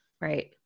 Right